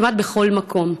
כמעט בכל מקום.